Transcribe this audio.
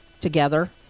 together